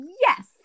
Yes